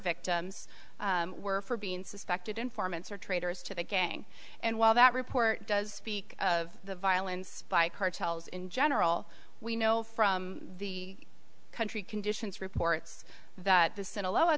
victims were for being suspected informants or traitors to the gang and while that report does peak of the violence by cartels in general we know from the country conditions reports that the senate low a